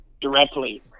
directly